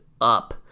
up